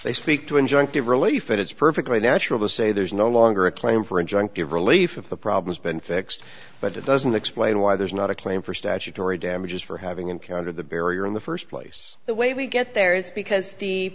they speak to injunctive relief that it's perfectly natural to say there's no longer a claim for injunctive relief of the problems been fixed but it doesn't explain why there's not a claim for statutory damages for having encountered the barrier in the first place the way we get there is because the